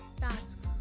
Task